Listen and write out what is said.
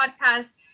podcast